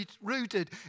rooted